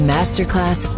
Masterclass